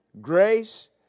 grace